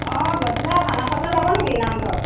অঁ গধূলা ভাওনা চাবলৈ যাব নেকি নামঘৰত